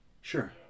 sure